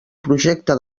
projecte